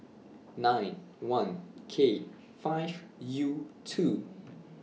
nine one K five U two